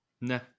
Nah